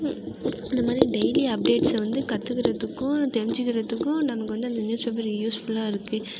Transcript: இந்த மாதிரி டெய்லி அப்டேட்ஸை வந்து கற்றுக்குறதுக்கும் தெரிஞ்சுக்கிறதுக்கும் நமக்கு வந்து அந்த நியூஸ் பேப்பர் யூஸ்ஃபுல்லாக இருக்குது